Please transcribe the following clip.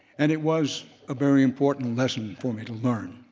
and it was a very important lesson for me to learn.